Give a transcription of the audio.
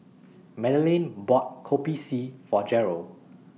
Madeleine bought Kopi C For Jeryl